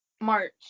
March